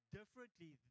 differently